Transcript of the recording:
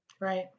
Right